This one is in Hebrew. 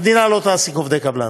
המדינה לא תעסיק עובדי קבלן.